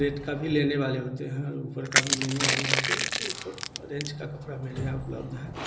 rate का भी लेने वाले होते हैं और ऊपर का भी लेने वाले होते हैं तो ऊ सब रेंज का कपड़ा मेरे यहाँ उपलब्ध है